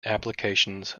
applications